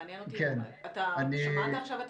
אתה שמעת עכשיו את הסיפור?